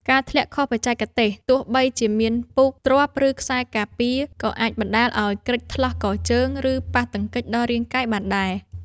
ការធ្លាក់ខុសបច្ចេកទេស ទោះបីជាមានពូកទ្រាប់ ឬខ្សែការពារ ក៏អាចបណ្ដាលឱ្យគ្រេចថ្លោះកជើង ឬប៉ះទង្គិចដល់រាងកាយបានដែរ។